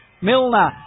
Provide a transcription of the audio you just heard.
Milner